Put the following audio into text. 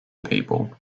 people